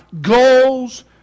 goals